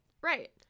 right